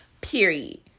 period